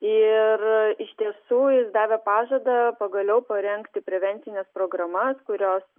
ir iš tiesų jis davė pažadą pagaliau parengti prevencines programas kurios